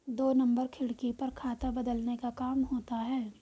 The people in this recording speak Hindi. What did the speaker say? दो नंबर खिड़की पर खाता बदलने का काम होता है